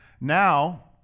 Now